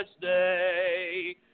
day